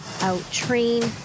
out-train